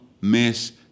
miss